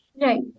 right